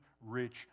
rich